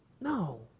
No